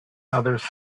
others